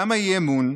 למה אי-אמון?